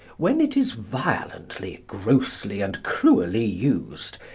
when it is violently, grossly, and cruelly used,